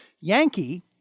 Yankee